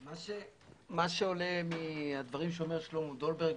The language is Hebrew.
מה שעולה מהדברים שאומר שלמה דולברג,